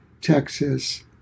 Texas